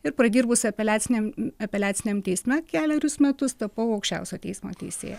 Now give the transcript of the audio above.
ir pradirbusi apeliaciniam apeliaciniam teisme kelerius metus tapau aukščiausiojo teismo teisėja